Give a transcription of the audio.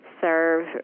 serve